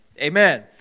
Amen